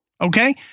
Okay